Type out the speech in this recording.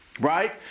right